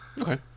Okay